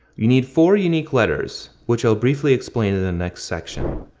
you need four unique letters, which i'll briefly explain in the next section.